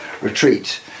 retreat